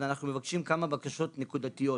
אז אנחנו מבקשים כמה בקשות נקודתיות.